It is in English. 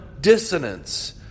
dissonance